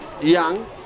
Young